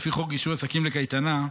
לפי חוק רישוי עסקים לקייטנה,